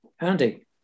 Andy